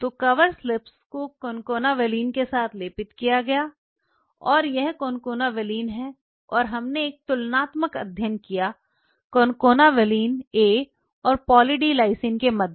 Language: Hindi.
तो कवर स्लिप्स को कॉनकाना वेलिन के साथ लेपित किया गया था और यह कॉनकाना वेलिन है और हमने एक तुलनात्मक अध्ययन किया कॉनकाना वेलिन ए और पॉली डी लाइसिन के मध्य